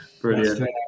Brilliant